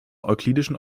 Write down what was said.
euklidischen